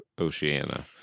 Oceania